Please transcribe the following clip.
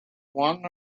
one